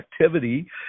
activity